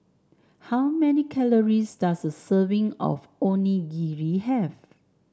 how many calories does a serving of Onigiri have